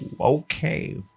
okay